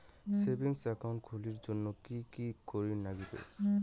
Savings account খুলির জন্যে কি কি করির নাগিবে?